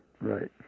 right